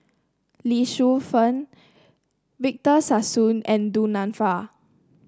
Lee Shu Fen Victor Sassoon and Du Nanfa